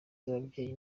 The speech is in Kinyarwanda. z’ababyeyi